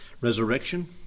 Resurrection